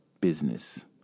business